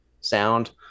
sound